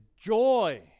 joy